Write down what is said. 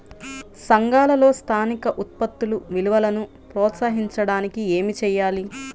సంఘాలలో స్థానిక ఉత్పత్తుల విలువను ప్రోత్సహించడానికి ఏమి చేయాలి?